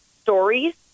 stories